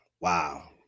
Wow